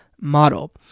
model